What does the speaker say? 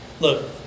Look